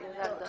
מיותר לחלוטין.